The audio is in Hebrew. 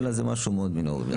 אלא זה משהו מאוד מינורי.